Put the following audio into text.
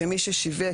שמי ששיווק,